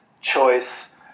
choice